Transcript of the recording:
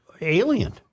alien